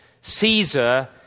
Caesar